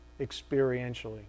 experientially